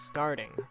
Starting